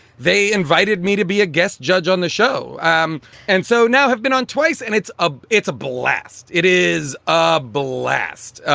they invited me to be a guest judge on the show. um and so now have been on twice. and it's a it's a blast. it is a blast.